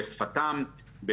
בשפתם,